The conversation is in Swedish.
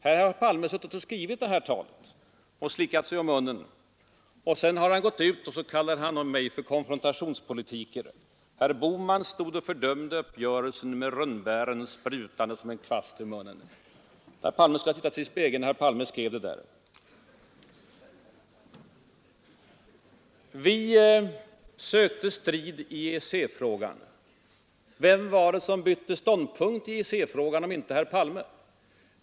Herr Palme måtte ha slickat sig om munnen när han skrev sitt tal och anklagade mig för att vara konfrontationspolitiker med formuleringar som att herr Bohman stod och fördömde uppgörelsen ”med rönnbären sprutande som en kvast ur munnen”! Herr Palme borde ha tittat sig i spegeln när han skrev ner det där. Vi sökte strid i EEC-frågan, sade herr Palme. Vem var det som bytte ståndpunkt i EEC-frågan om inte herr Palme själv?